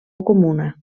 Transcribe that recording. comuna